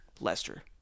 Lester